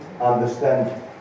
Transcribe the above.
understand